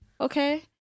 Okay